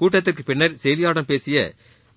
கூட்டத்திற்குப் பின்னர் செய்தியாளர்களிடம் பேசிய